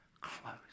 close